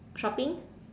shopping